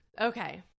okay